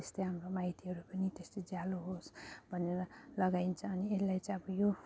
त्यस्तै हाम्रो माइतीहरू पनि त्यस्तो जियालो होस् भनेर लगाइन्छ अनि यसलाई चाहिँ अब यो